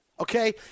Okay